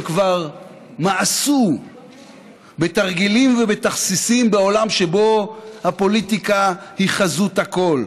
הם כבר מאסו בתרגילים ובתכסיסים בעולם שבו הפוליטיקה היא חזות הכול,